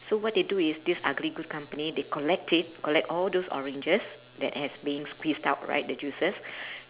so what the do is this ugly good company they collect it collect all those oranges that has been squeezed out right the juices